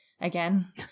again